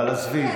אבל עזבי,